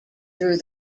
through